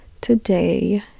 today